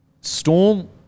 Storm